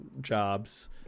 jobs